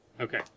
Okay